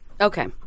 Okay